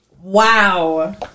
Wow